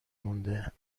مونده